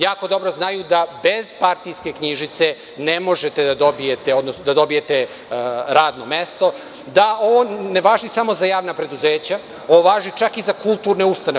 Jako dobro znaju da bez partijske knjižice ne možete da dobijete, odnosno da dobijete radno mesto, da ovo ne važi samo za javna preduzeća, ovo važi čak i za kulturne ustanove.